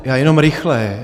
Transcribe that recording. Já jenom rychle.